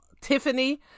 tiffany